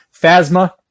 Phasma